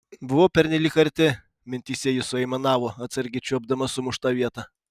buvau pernelyg arti mintyse ji suaimanavo atsargiai čiuopdama sumuštą vietą